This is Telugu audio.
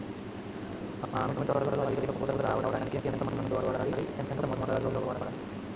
మామిడి తోటలో అధిక పూత రావడానికి ఎంత మందు వాడాలి? ఎంత మోతాదు లో వాడాలి?